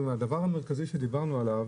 הדבר המרכזי שדיברנו עליו